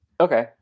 okay